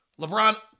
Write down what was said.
LeBron